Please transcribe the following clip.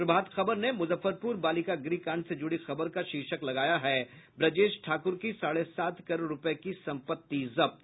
प्रभात खबर ने मुजफ्फरपुर बालिका गृह कांड से जुड़ी खबर का शीर्षक लगाया है ब्रजेश ठाकुर की साढ़े सात करोड़ रूपये की संपत्ति जब्त